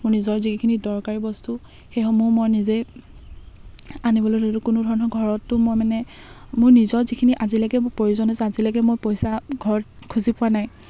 মোৰ নিজৰ যিখিনি দৰকাৰী বস্তু সেইসমূহ মই নিজে আনিবলৈ ধৰিলো কোনো ধৰণৰ ঘৰতো মই মানে মোৰ নিজৰ যিখিনি আজিলৈকে মোৰ প্ৰয়োজন আছে আজিলেকে মই পইচা ঘৰত খুজি পোৱা নাই